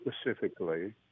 specifically